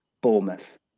Bournemouth